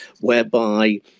whereby